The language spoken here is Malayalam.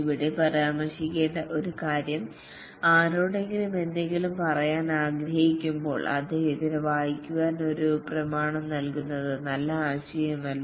ഇവിടെ പരാമർശിക്കേണ്ട ഒരു കാര്യം ആരോടെങ്കിലും എന്തെങ്കിലും അറിയിക്കാൻ ആഗ്രഹിക്കുമ്പോൾ അദ്ദേഹത്തിന് വായിക്കാൻ ഒരു പ്രമാണം നൽകുന്നത് നല്ല ആശയമല്ല